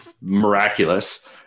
miraculous